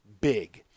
big